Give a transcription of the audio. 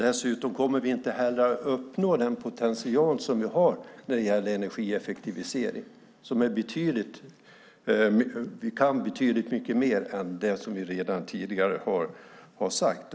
Dessutom kommer vi då inte att uppnå den potential vi har när det gäller energieffektivisering. Vi kan betydligt mer än vi tidigare sagt.